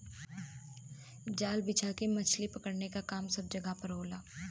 जाल बिछा के मछरी पकड़े क काम सब जगह पर होला